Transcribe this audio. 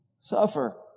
Suffer